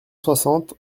soixante